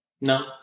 No